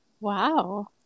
wow